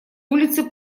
улицы